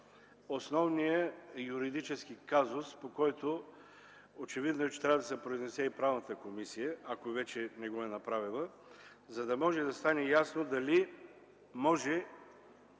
основният юридически казус, по който очевидно ще трябва да се произнесе и Правната комисия, ако вече не го е направила, за да стане ясно дали може